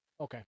Okay